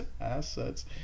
assets